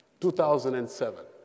2007